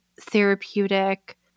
therapeutic